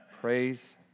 Praise